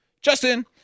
Justin